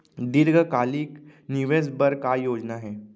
दीर्घकालिक निवेश बर का योजना हे?